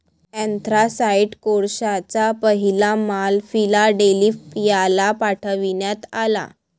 anthracite कोळशाचा पहिला माल फिलाडेल्फियाला पाठविण्यात आला